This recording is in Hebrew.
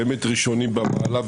באמת ראשונים במעלה,